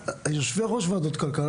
יושבי ראש ועדות כלכלה,